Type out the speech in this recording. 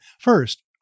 first